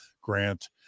Grant